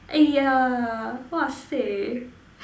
!aiya! !wahseh!